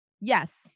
yes